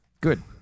Good